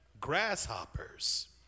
grasshoppers